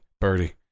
Birdie